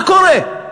מה קורה?